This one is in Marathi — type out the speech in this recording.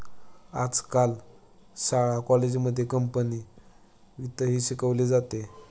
आजकाल शाळा कॉलेजांमध्ये कंपनी वित्तही शिकवले जाते